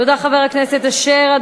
תודה, חבר הכנסת אשר.